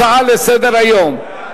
הצעה לסדר-היום.